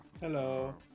Hello